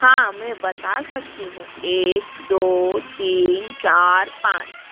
हाँ मैं बता सकती हूँ एक दो तीन चार पाँच